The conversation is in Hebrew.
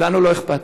ולנו לא אכפת.